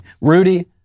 Rudy